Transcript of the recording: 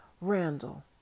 Randall